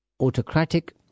autocratic